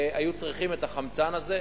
היו צריכים את החמצן הזה,